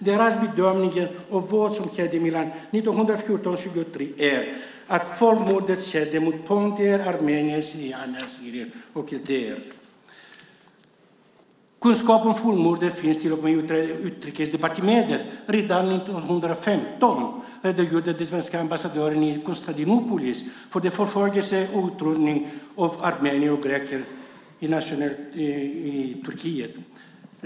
Deras bedömning av vad som skedde mellan 1914 och 1923 är att folkmordet skedde mot pontier, armenier, assyrier/syrianer och kaldéer. Kunskap om folkmordet fanns på Utrikesdepartementet redan 1915. Den svenska ambassadören i Konstantinopel rapporterade om förföljelse och utrotning av armenier och greker i Turkiet.